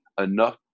Enough